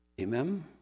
amen